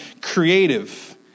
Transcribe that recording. creative